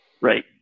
Right